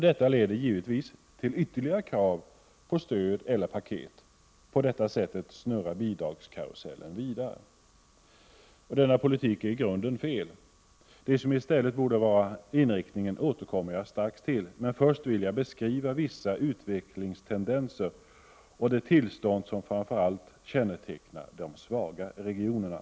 Detta leder givetvis till ytterligare krav på stöd eller paket. På detta sätt snurrar bidragskarusellen vidare. Denna politik är i grunden felaktig. Det som i stället borde vara inriktningen återkommer jag till. Först vill jag beskriva vissa utvecklingstendenser och det tillstånd som kännetecknar framför allt de svaga regionerna.